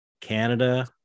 canada